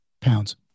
pounds